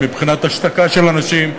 מבחינת השתקה של אנשים.